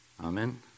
Amen